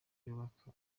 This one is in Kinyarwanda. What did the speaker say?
inyubako